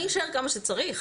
אני אשאר כמה שצריך.